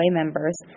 members